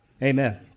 Amen